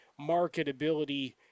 marketability